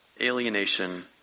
alienation